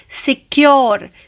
secure